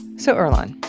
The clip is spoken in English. so earlonne,